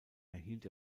erhielt